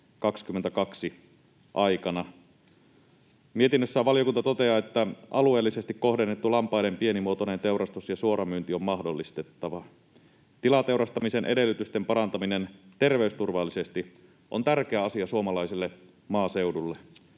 2022 aikana. Mietinnössään valiokunta toteaa, että alueellisesti kohdennettu lampaiden pienimuotoinen teurastus ja suoramyynti on mahdollistettava. Tilateurastamisen edellytysten parantaminen terveysturvallisesti on tärkeä asia suomalaiselle maaseudulle.